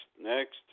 Next